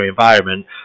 environment